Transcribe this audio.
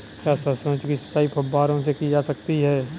क्या सरसों की सिंचाई फुब्बारों से की जा सकती है?